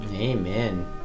Amen